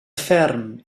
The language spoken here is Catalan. ferm